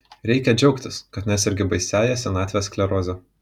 reikia džiaugtis kad nesergi baisiąja senatvės skleroze